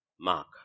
Mark